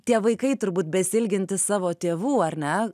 tie vaikai turbūt besiilgintys savo tėvų ar ne